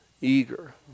eager